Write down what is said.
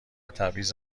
تبعیض